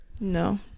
no